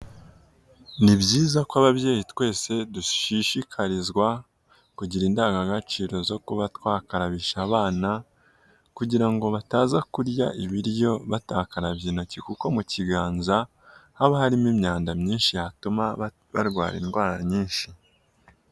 Ni byiza ko ababyeyi twese dushishikarizwa kugira indangagaciro zo kuba twakarabisha abana, kugira ngo bataza kurya ibiryo batakarabye intoki kuko mu kiganza haba harimo imyanda myinshi yatuma barwara indwara nyinshi.